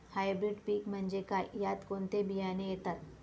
Hybrid पीक म्हणजे काय? यात कोणते बियाणे येतात?